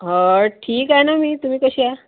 हं ठीक आहे ना मी तुम्ही कशी आ